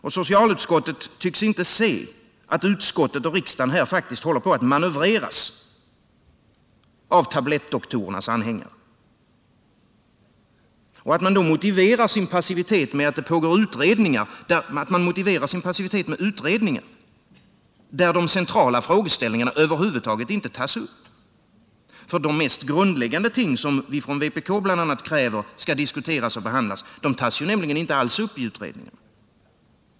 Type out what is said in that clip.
Och socialutskottet tycks inte se att utskottet och riksdagen här faktiskt håller på att manövreras av tablettdoktorernas anhängare. Man motiverar sin passivitet med utredningar, där de centrala frågeställningarna över huvud taget inte tas upp, ty de mest grundläggande ting som vi från vpk bl.a. kräver skall diskuteras och behandlas tas inte alls upp i utredningen.